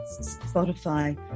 Spotify